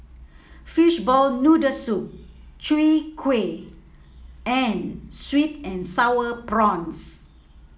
Fishball Noodle Soup Chwee Kueh and sweet and sour prawns